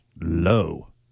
low